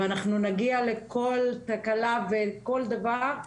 ונגיע לכל תקלה ולכל דבר.